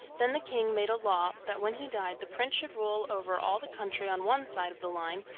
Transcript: then the king made a law that when he died the prince should rule over all the country on one side of the line,